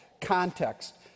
context